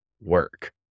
work